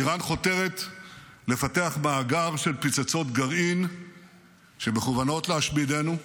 איראן חותרת לפתח מאגר של פצצות גרעין שמכוונות להשמידנו,